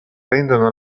rendono